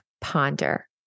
ponder